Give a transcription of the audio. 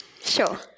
Sure